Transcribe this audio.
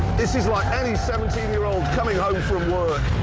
this is like any seventeen year old coming home from work.